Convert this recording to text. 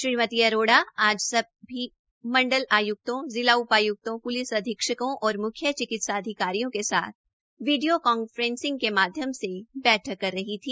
श्रीमती अरोड़ा आज सभी मंडल आयुक्तों जिला उपायक्तों पुलिस अधीक्षकों और मुख्य चिकित्सा अधिकारियों के साथ वीडियो कॉन्फ्रेंसिंग के माध्यम से बठक कर रही थी